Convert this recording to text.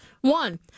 One